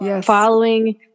following